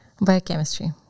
Biochemistry